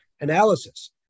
analysis